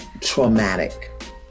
traumatic